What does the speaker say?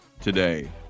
today